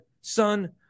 Son